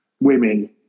women